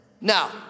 Now